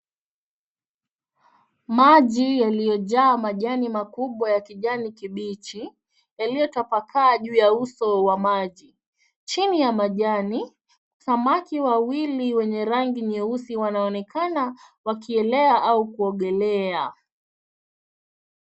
Maji yaliyajaa majani makubwa ya kijani kibichi, yaliyotapakaa juu ya uso wa maji. Chini ya majani, samaki wawili wenye rangi nyeusi wanaonekana wakielea au kuogelea.